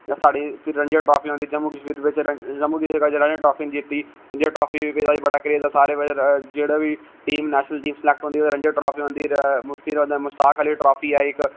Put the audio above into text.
साढ़ी जेह्ड़ी रंजी ट्राफी होंदी जम्मू कशमीर दी जम्मू कशमीर बिच जेहडी रंजी ट्राफी होंदी असदा बी बड़ा क्रेज ऐ साढ़े जेहड़ा बी टीम नेशनल टीम सलैक्ट होंदी ओहदे च रंज दा प्लेयर होंदा फिर मुशताक अली ट्राफी है इक